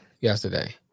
yesterday